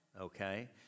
Okay